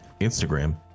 Instagram